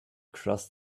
cross